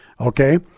okay